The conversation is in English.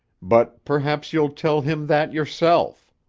but perhaps you'll tell him that yourself.